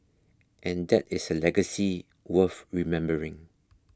and that is a legacy worth remembering